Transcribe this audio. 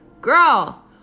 girl